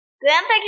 Grandpa